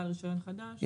בעל רישיון חדש.